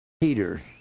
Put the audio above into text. peter